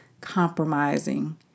compromising